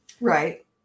Right